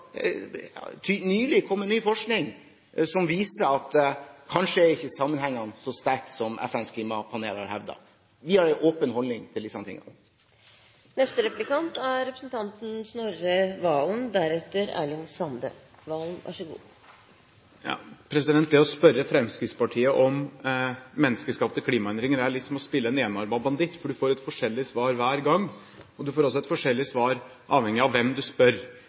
altså nylig kommet ny forskning som viser at kanskje er ikke sammenhengene så sterke som FNs klimapanel har hevdet. Vi har en åpen holdning til disse tingene. Det å spørre Fremskrittspartiet om menneskeskapte klimaendringer er litt som å spille enarmet banditt, for du får forskjellig svar hver gang, og du får også forskjellig svar avhengig av hvem du spør.